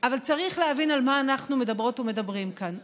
אבל צריך להבין על מה אנחנו מדברות ומדברים כאן.